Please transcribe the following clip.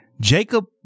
Jacob